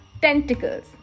tentacles